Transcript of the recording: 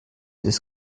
ist